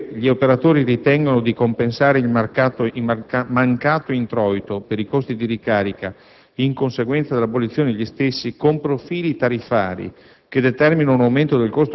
per cui, ove gli operatori ritengano di compensare il mancato introito per i costi di ricarica, in conseguenza dell'abolizione degli stessi, con profili tariffari